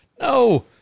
no